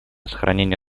сохранению